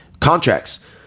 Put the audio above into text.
contracts